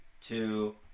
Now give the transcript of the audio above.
two